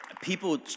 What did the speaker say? people